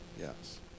Yes